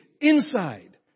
inside